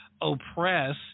oppress